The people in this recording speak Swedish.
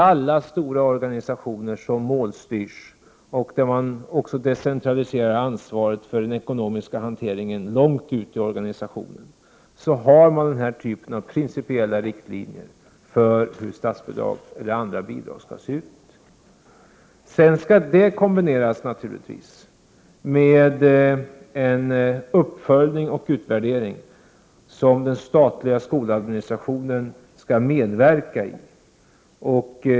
Alla stora organisationer som styrs av mål och där man också decentraliserar ansvaret för hanteringen av de ekonomiska frågorna långt ut i systemet har den här typen av principiella riktlinjer. Detta skall naturligtvis kombineras med en uppföljning och en utvärdering som den statliga skoladministrationen skall medverka till.